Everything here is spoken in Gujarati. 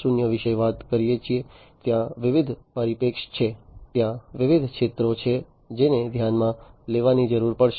0 વિશે વાત કરીએ છીએ ત્યાં વિવિધ પરિપ્રેક્ષ્ય છે ત્યાં વિવિધ ક્ષેત્રો છે જેને ધ્યાનમાં લેવાની જરૂર પડશે